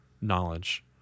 knowledge